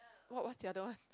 what was the other one